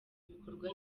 bikorwa